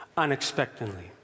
unexpectedly